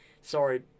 Sorry